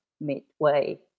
midway